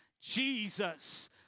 Jesus